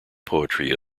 poetry